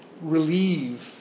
relieve